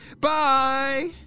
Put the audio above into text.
Bye